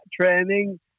training